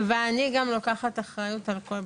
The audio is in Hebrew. ואני גם לוקחת אחריות על הכל.